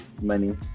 Money